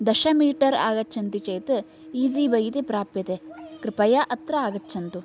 दश मीटर् आगच्छन्ति चेत् ईज़ि बय् इति प्राप्यते कृपया अत्र आगच्छन्तु